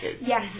Yes